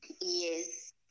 Yes